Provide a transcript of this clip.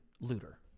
looter